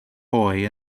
boy